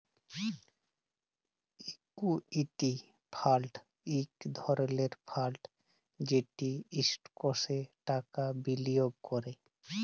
equity fund ইক ধরলের fund যেট ইস্টকসে টাকা বিলিয়গ ক্যরে